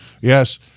Yes